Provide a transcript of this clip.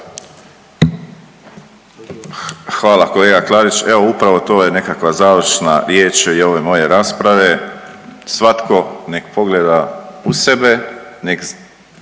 Hvala kolega Klarić. Evo upravo to je nekakva završna riječ i ove moje rasprave, svatko nek pogleda u sebe, nek